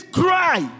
cry